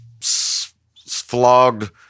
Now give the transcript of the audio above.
flogged